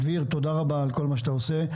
דביר, תודה רבה על כל מה שאתה עושה.